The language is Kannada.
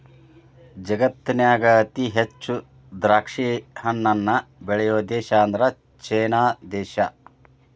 ಜಗತ್ತಿನ್ಯಾಗ ಅತಿ ಹೆಚ್ಚ್ ದ್ರಾಕ್ಷಿಹಣ್ಣನ್ನ ಬೆಳಿಯೋ ದೇಶ ಅಂದ್ರ ಚೇನಾ ದೇಶ